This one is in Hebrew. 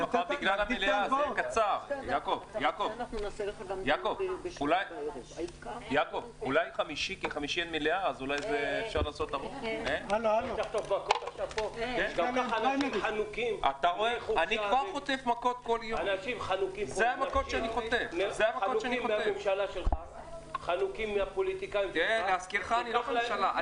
הישיבה ננעלה בשעה 12:30.